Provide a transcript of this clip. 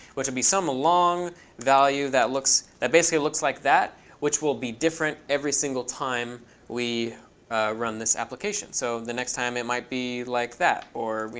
which should be some along value that looks that basically looks like that which will be different every single time we run this application. so the next time it might be like that or, you